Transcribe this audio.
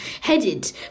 headed